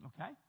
okay